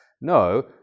No